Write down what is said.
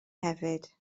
hefyd